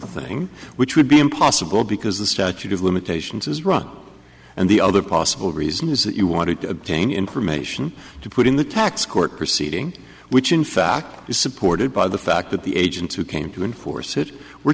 thing which would be impossible because the statute of limitations has run and the other possible reason is that you want to obtain information to put in the tax court proceeding which in fact is supported by the fact that the agents who came to enforce it were